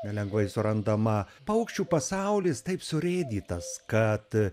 nelengvai surandama paukščių pasaulis taip surėdytas kad